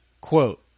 Quote